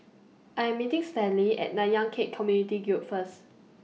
I Am meeting Stanley At Nanyang Khek Community Guild First